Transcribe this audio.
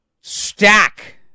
stack